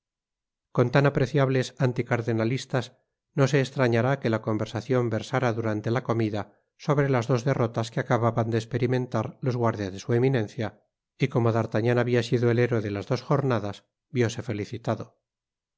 con tan apreciables anti cardenalizas no se estrañará que la conversacion versára durante la comida sobre las dos derrotas que acababan de esperimentar los guardias de su eminencia y como d'artagnan habia sido el héroe de las dos jornadas vióse felicitado